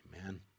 Amen